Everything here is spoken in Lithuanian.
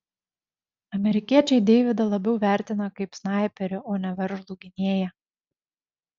amerikiečiai deividą labiau vertina kaip snaiperį o ne veržlų gynėją